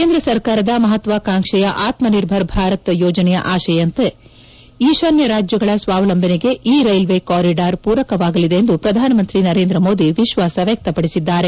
ಕೇಂದ್ರ ಸರ್ಕಾರದ ಮಹತ್ವಾಕಾಂಕ್ಷೆಯ ಆತ್ಸನಿರ್ಭರ್ ಭಾರತ್ ಆಶಯದಂತೆ ಈಶಾನ್ದ ರಾಜ್ಯಗಳ ಸ್ವಾವಲಂಬನೆಗೆ ಈ ರೈಲ್ವೆ ಕಾರಿಡಾರ್ ಪೂರಕವಾಗಲಿದೆ ಎಂದು ಪ್ರಧಾನ ಮಂತ್ರಿ ನರೇಂದ್ರ ಮೋದಿ ವಿಶ್ವಾಸ ವ್ಯಕ್ತಪಡಿಸಿದ್ದಾರೆ